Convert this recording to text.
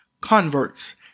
converts